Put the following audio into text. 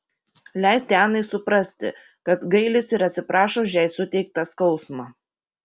leisti anai suprasti kad gailisi ir atsiprašo už jai suteiktą skausmą